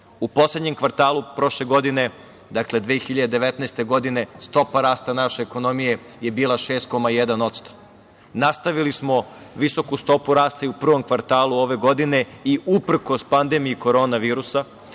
U poslednjem kvartalu prošle godine, dakle 2019. godine stopa rasta naše ekonomije je bila 6,1%. Nastavili smo visoku stopu rasta i u prvom kvartalu ove godine i uprkos pandemiji korona virusa,